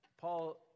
Paul